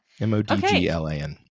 M-O-D-G-L-A-N